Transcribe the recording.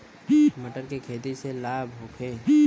मटर के खेती से लाभ होखे?